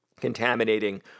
contaminating